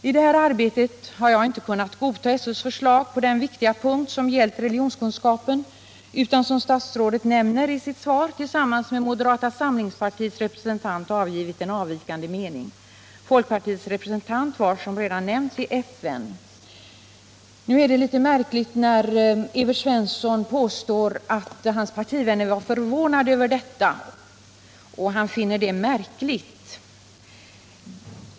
I det här arbetet har jag inte kunnat godta SÖ:s förslag på den viktiga punkt som gäller religionskunskapen utan — som statsrådet nämner i sitt svar — tillsammans med moderata samlingspartiets representant anmält avvikande mening. Folkpartiets representant var som redan nämnts i FN. Det är litet anmärkningsvärt när Evert Svensson påstår att hans par tivänner var förvånade över vår avvikande mening.